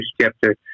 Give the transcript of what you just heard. chapter